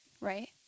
right